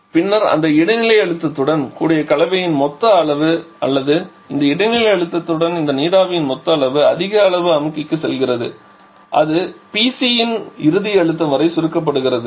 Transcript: பின்னர் இந்த இடைநிலை அழுத்தத்துடன் கூடிய கலவையின் மொத்த அளவு அல்லது இந்த இடைநிலை அழுத்தத்துடன் இந்த நீராவியின் மொத்த அளவு அதிக அளவு அமுக்கிக்குச் செல்கிறது அங்கு அது PC இன் இறுதி அழுத்தம் வரை சுருக்கப்படுகிறது